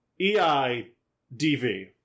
E-I-D-V